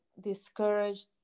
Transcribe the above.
discouraged